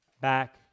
back